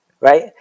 right